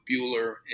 Bueller